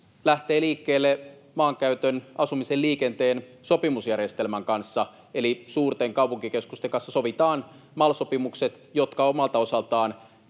lähtee liikkeelle maankäytön, asumisen ja liikenteen sopimusjärjestelmän kanssa. Eli suurten kaupunkikeskusten kanssa sovitaan MAL-sopimukset, jotka omalta osaltaan